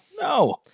No